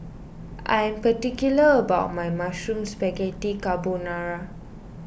I am particular about my Mushroom Spaghetti Carbonara